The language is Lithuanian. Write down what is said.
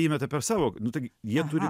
įmeta per savo nu taigi jie turi